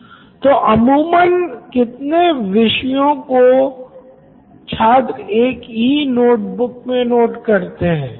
professor तो अमूमन कितने विषयों को छात्र एक ही नोट बुक मे नोट करते हैं